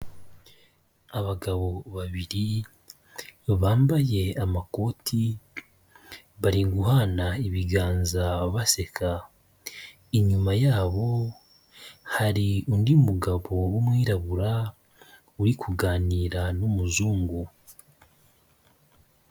Abagabo babiri bambaye amakoti bari guhana ibiganza baseka, inyuma yabo hari undi mugabo w'umwirabura uri kuganira n'umuzungu.